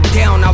down